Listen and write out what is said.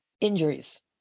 injuries